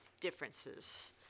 differences